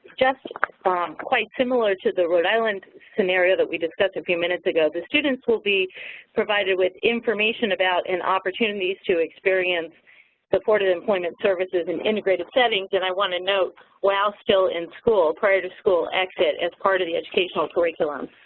um quite similar to the rhode island scenario that we discussed a few minutes ago, the students will be provided with information about and opportunities to experience supported employment services in integrated settings. and i want to note, while still in school, prior to school exit, as part of the educational curriculum.